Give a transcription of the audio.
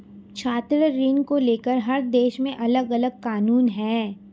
छात्र ऋण को लेकर हर देश में अलगअलग कानून है